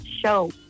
Show